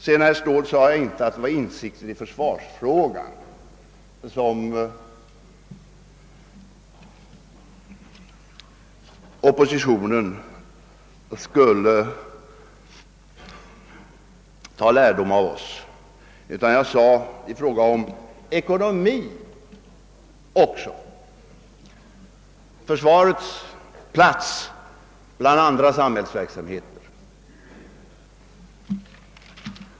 Sedan sade jag inte, herr Ståhl, att oppositionen skulle ta lärdom av oss när det gäller insikt i försvarsfrågan, utan jag sade också att det gällde ekonomin och försvarets plats bland andra samhällsverksamheter.